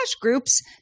groups